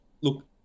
Look